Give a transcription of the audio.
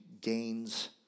gains